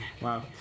Wow